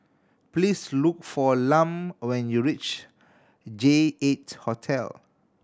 please look for Lum when you reach J Eight Hotel